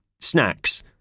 Snacks